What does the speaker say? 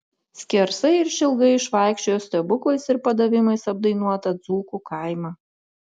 skersai ir išilgai išvaikščiojo stebuklais ir padavimais apdainuotą dzūkų kaimą